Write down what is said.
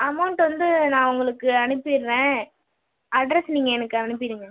amount வந்து நான் உங்களுக்கு அனுப்பிடுறேன் அட்ரெஸ் நீங்கள் எனக்கு அனுப்பிவிடுங்க